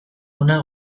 ona